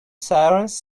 sirens